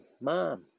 Mom